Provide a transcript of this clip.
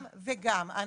גם וגם.